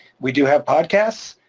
we do have podcasts.